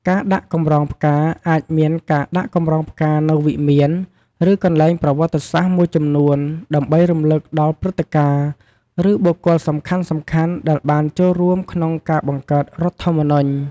ការដាក់កម្រងផ្កា អាចមានការដាក់កម្រងផ្កានៅវិមាន ឬកន្លែងប្រវត្តិសាស្ត្រមួយចំនួន ដើម្បីរំលឹកដល់ព្រឹត្តិការណ៍ ឬបុគ្គលសំខាន់ៗដែលបានចូលរួមក្នុងការបង្កើតរដ្ឋធម្មនុញ្ញ។